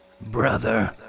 Brother